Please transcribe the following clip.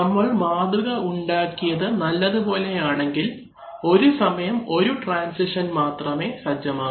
നമ്മൾ മാതൃക ഉണ്ടാക്കിയത് നല്ലതുപോലെ ആണെങ്കിൽ ഒരു സമയം ഒരു ട്രാൻസിഷൻ മാത്രമേ സജ്ജമാകു